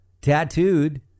tattooed